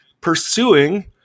pursuing